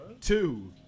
Two